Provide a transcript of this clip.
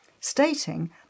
stating